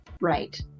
Right